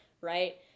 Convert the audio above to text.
right